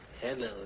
Hello